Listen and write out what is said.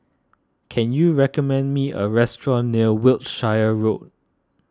can you recommend me a restaurant near Wiltshire Road